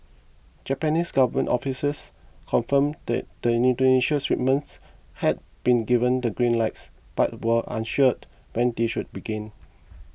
Japanese government officials confirmed that the Indonesian shipments had been given the green lights but were unsure when they should begin